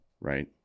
Right